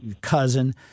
cousin